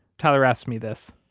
tyler asks me this